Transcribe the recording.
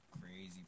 crazy